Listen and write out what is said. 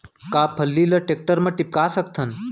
का फल्ली ल टेकटर म टिपका सकथन?